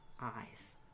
eyes